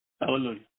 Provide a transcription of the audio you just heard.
Hallelujah